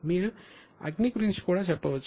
మీరు అగ్ని గురించి కూడా చెప్పవచ్చు